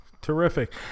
terrific